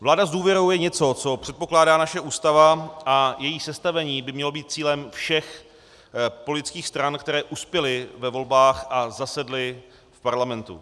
Vláda s důvěrou je něco, co předpokládá naše Ústava, a její sestavení by mělo být cílem všech politických stran, které uspěly ve volbách a zasedly v parlamentu.